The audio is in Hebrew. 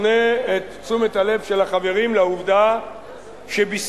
אפנה את תשומת הלב של החברים לעובדה שבספרד